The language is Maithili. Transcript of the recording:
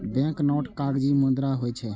बैंकनोट कागजी मुद्रा होइ छै